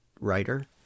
writer